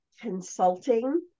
consulting